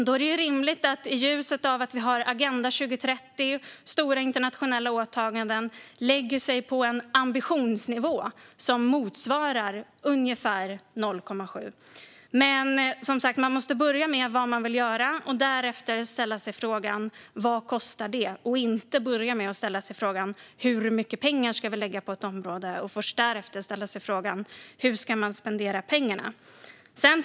Då är det rimligt att vi, i ljuset av att vi har stora internationella åtaganden i Agenda 2030, lägger oss på en ambitionsnivå som motsvarar ungefär 0,7 procent. Som sagt: Vi måste börja med frågan vad vi vill göra och därefter ställa oss frågan vad det kostar, inte börja med att ställa oss frågan hur mycket pengar vi ska lägga på ett område och först därefter ställa oss frågan hur vi ska spendera pengarna.